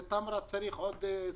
בטמרה צריך עוד סניפים.